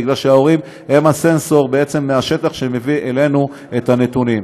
כי ההורים הם הסנסור מהשטח שמביא אלינו את הנתונים.